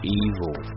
evil